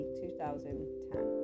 2010